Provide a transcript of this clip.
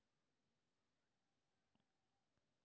सामाजिक योजना के लाभक खातिर कोन कोन कागज के जरुरत परै छै?